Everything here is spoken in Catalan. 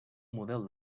model